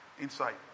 insight